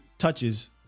touches